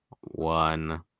One